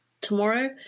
tomorrow